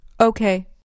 Okay